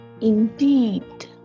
Indeed